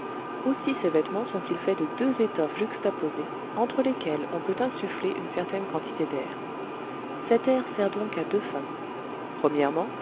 aussi ces vêtements sont-ils faits de deux étoffes juxtaposées entre lesquelles on peut insuffler une certaine quantité d'air cet air sert donc à deux fins